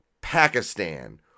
Pakistan